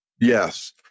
Yes